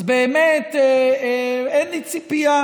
אז באמת אין לי ציפייה